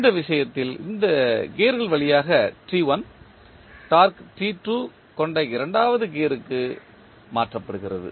இந்த விஷயத்தில் இந்த கியர்கள் வழியாக டார்க்கு கொண்ட இரண்டாவது கியருக்கு மாற்றப்படுகிறது